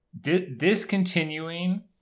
discontinuing